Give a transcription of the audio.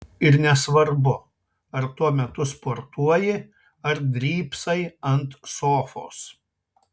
ir nesvarbu ar tuo metu sportuoji ar drybsai ant sofos